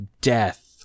death